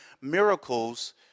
miracles